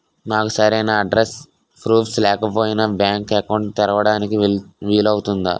నాకు సరైన address proof లేకపోయినా బ్యాంక్ అకౌంట్ తెరవడానికి వీలవుతుందా?